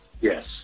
yes